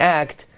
act